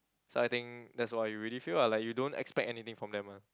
so I think that's what you really feel lah like you don't expect anything from them ah